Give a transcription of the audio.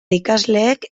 ikasleek